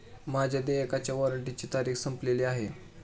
माझ्या देयकाच्या वॉरंटची तारीख संपलेली आहे